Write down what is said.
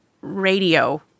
radio